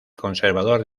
conservador